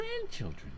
grandchildren